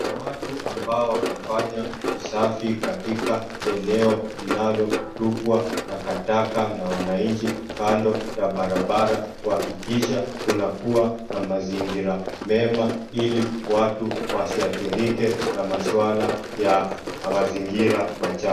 Kuna watu ambao wanafanya usafi katika eneo linalotupwa takataka na wananchi kando ya barabara kuhakikisha kunakuwa na mazingira mema ili watu wasiadhirike na maswala ya mazingira machafu.